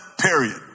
period